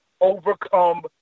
overcome